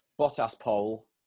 Bottas-Pole